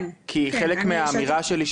כי חלק מהאמירה שלי,